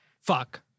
fuck